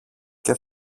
και